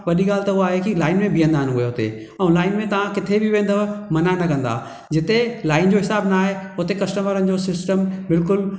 वॾी ॻाल्हि त उहा आहे कि लाइन में बीहंदा आहिनि उहे हुते ऐं लाइन में तव्हां किथे बि वेंदव मना न कंदा जिते लाइन जो हिसाबु न आहे उते कस्टमरनि जो सिस्टम बिल्कुलु